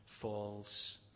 falls